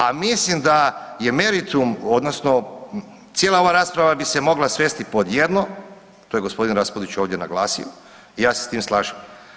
A mislim da je meritum odnosno cijela ova rasprava bi se mogla svesti pod jedno to je gospodin Raspudić ovdje naglasio i ja se s tim slažem.